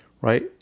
Right